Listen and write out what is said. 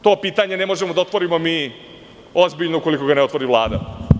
To pitanje ne možemo da otvorimo mi ukoliko ga ne otvori Vlada.